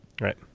Right